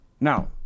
now